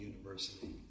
university